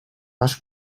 pas